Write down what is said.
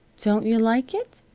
don't you like it?